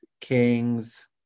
Kings